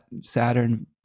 saturn